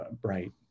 bright